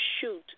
shoot